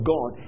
God